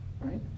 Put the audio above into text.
Right